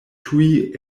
tuj